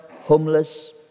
homeless